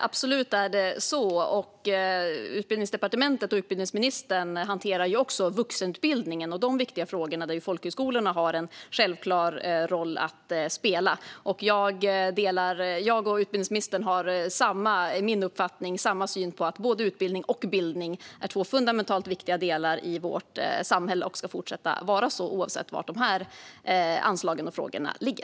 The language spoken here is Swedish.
Fru talman! Så är det absolut. Utbildningsdepartementet och utbildningsministern hanterar också vuxenutbildningen och de viktiga frågor som hänger samman med den. Där har folkhögskolorna en självklar roll att spela. Jag och utbildningsministern har enligt min uppfattning samma syn på att både utbildning och bildning är två fundamentalt viktiga delar i vårt samhälle. Det ska de också fortsätta att vara, oavsett var de här anslagen och frågorna ligger.